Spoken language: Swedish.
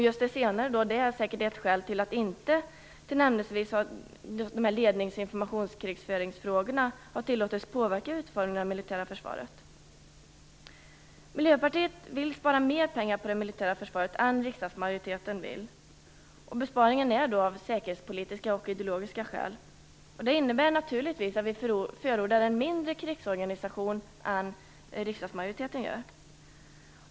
Just det senare är säkert ett skäl till att frågorna om ledningsinformationskrigföring inte har tillåtits påverka utformningen av det militära försvaret. Miljöpartiet vill spara mer pengar på det militära försvaret än riksdagsmajoriteten vill. Besparingen görs av säkerhetspolitiska och ideologiska skäl. Det innebär naturligtvis att vi förordar en mindre krigsorganisation än riksdagsmajoriteten gör.